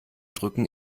drücken